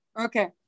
Okay